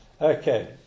Okay